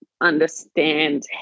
understand